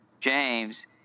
James